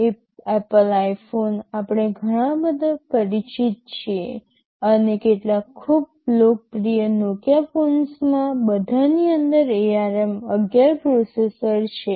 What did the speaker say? Apple iPhone આપણે બધા પરિચિત છીએ અને કેટલાક ખૂબ જ લોકપ્રિય Nokia ફોન્સમાં બધાની અંદર ARM11 પ્રોસેસર છે